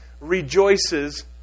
rejoices